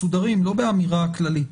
מסודרים, לא באמירה כללית,